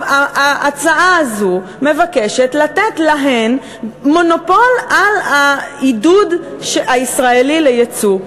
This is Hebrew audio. ההצעה הזאת מבקשת לתת להן מונופול על העידוד הישראלי לייצוא.